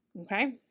okay